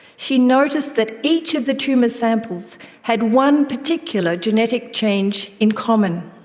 she noticed that each of the tumour samples had one particular genetic change in common!